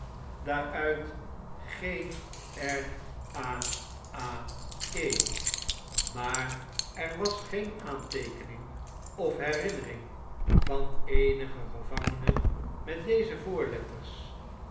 daaruit g r a a e maar er was geen aanteekening of herinnering van eenigen gevangene met deze voorletters